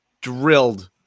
drilled